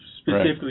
specifically